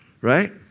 right